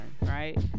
right